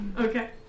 okay